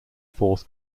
fourth